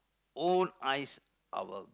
own eyes our